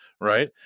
right